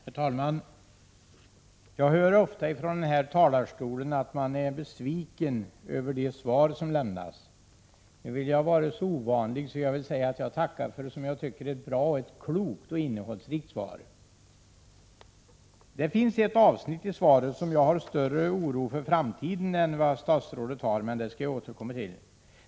Herr talman! Jag hör ofta från den här talarstolen att man är besviken över det svar som lämnats. Nu vill jag vara så ovanlig att jag tackar för ett som jag tycker bra, klokt och innehållsrikt svar. När det gäller ett avsnitt i svaret hyser jag större oro för framtiden än vad statsrådet gör — men det skall jag återkomma till.